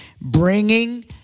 Bringing